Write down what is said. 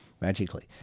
magically